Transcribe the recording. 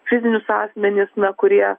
fizinius asmenis na kurie